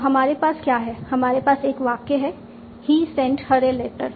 तो हमारे पास क्या है हमारे पास एक वाक्य है he sent her a letter